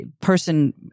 person